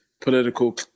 political